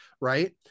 right